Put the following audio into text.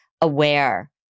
aware